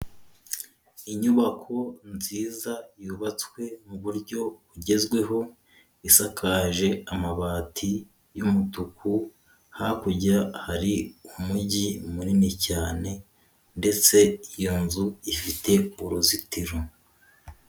Inyubako nziza yubatswe muburyo bugezweho, isakaje amabati y'umutuku hakurya hari umujyi munini cyane ndetse iyo nzu ifite uruzitiro.